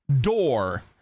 door